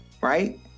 right